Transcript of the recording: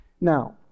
Now